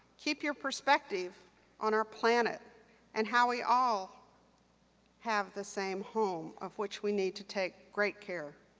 keep your perspective on our planet and how we all have the same home, of which we need to take great care.